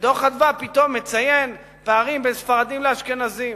ודוח "אדוה" פתאום מציין פערים בין ספרדים לאשכנזים.